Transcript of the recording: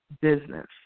business